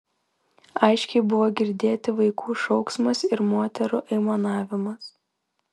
aiškiai buvo girdėti vaikų šauksmas ir moterų aimanavimas